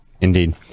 Indeed